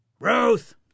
Ruth